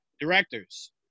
directors